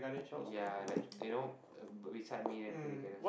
ya like you know uh beside me then play together